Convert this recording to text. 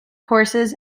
courses